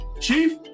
Chief